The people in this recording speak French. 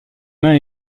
mains